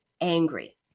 angry